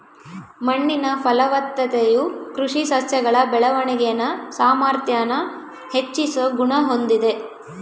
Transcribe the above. ಮಣ್ಣಿನ ಫಲವತ್ತತೆಯು ಕೃಷಿ ಸಸ್ಯಗಳ ಬೆಳವಣಿಗೆನ ಸಾಮಾರ್ಥ್ಯಾನ ಹೆಚ್ಚಿಸೋ ಗುಣ ಹೊಂದಿದೆ